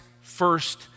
first